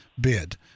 bid